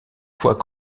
voit